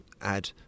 add